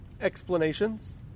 explanations